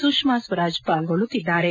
ಸುಷ್ಮಾ ಸ್ವರಾಜ್ ಪಾಲ್ಗೊಳ್ಳುತ್ತಿದ್ದಾರೆ